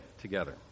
together